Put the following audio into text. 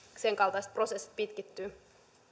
senkaltaiset prosessit pitkittyvät